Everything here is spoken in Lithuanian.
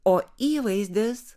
o įvaizdis